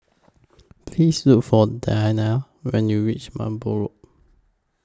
Please Look For Diane when YOU REACH Merbau Road